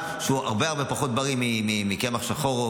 שהוא הרבה הרבה פחות בריא מקמח שחור,